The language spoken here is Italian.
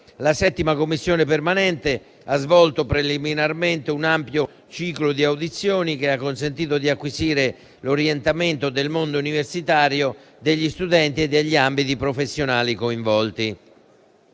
La 7a Commissione permanente ha svolto preliminarmente un ampio ciclo di audizioni, che ha consentito di acquisire l'orientamento del mondo universitario, degli studenti e degli ambiti professionali coinvolti.